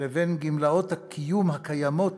לבין גמלאות הקיום הקיימות,